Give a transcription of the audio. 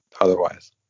otherwise